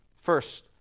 First